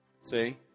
See